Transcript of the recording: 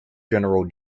general